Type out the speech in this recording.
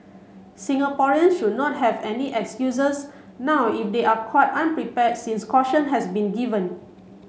Singaporean should not have any excuses now if they are caught unprepared since caution has been given